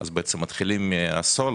מתחילים מהסולו,